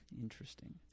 Interesting